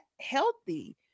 healthy